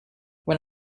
when